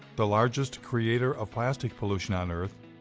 the largest creator of plastic pollution on earth,